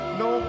no